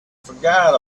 forgot